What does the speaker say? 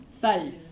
faith